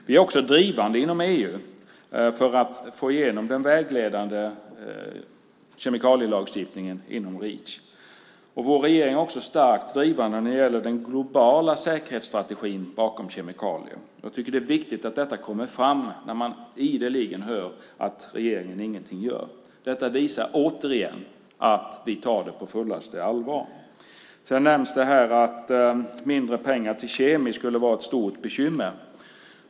Vi är också drivande inom EU för att få igenom den vägledande kemikalielagstiftningen inom Reach. Vår regering är också starkt drivande när det gäller den globala säkerhetsstrategin för kemikalier. Jag tycker att det är viktigt att detta kommer fram när man ideligen hör att regeringen ingenting gör. Detta visar återigen att vi tar det här på fullaste allvar. Det nämns här att mindre pengar till KemI skulle vara ett stort bekymmer.